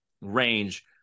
range